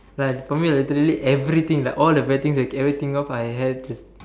like for me a literally everything like all the bad things that everything all I have is